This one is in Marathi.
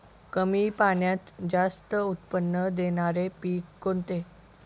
कमी पाण्यात जास्त उत्त्पन्न देणारे पीक कोणते?